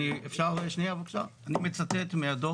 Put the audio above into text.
אפשר שנייה בבקשה, אני מצטט מהדוח-